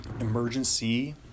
emergency